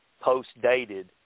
post-dated